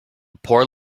poor